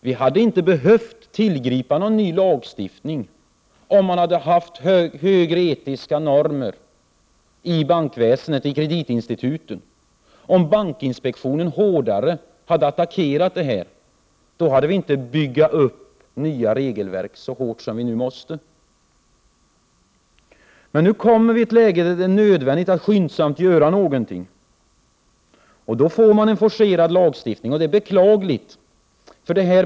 Vi hade inte behövt tillgripa någon ny lagstiftning, om det hade funnits bättre etiska normer inom bankväsendet och bland kreditinstituten. Om bankinspektionen hade gått till hårdare attack på den här punkten, hade vi heller inte behövt åstadkomma ett så rigoröst regelverk som vi nu måste åstadkomma. Men i nuvarande läge är det nödvändigt att skyndsamt vidta åtgärder. Det medför att vi måste forcera fram en lagstiftning. Det är beklagligt.